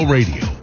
Radio